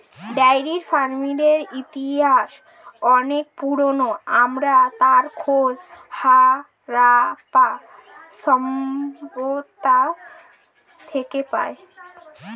dairy ফার্মিংয়ের ইতিহাস অনেক পুরোনো, আমরা তার খোঁজ হারাপ্পা সভ্যতা থেকে পাই